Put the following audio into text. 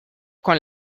con